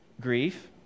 grief